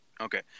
Okay